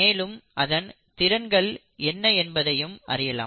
மேலும் அதன் திறன்கள் என்ன என்பதையும் அறியலாம்